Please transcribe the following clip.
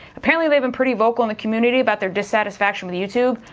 apparently they've been pretty vocal in the community about their dissatisfaction with youtube,